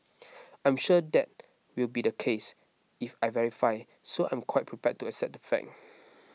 I'm sure that will be the case if I verify so I'm quite prepared to accept that fact